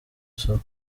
isoko